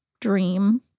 dream